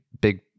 big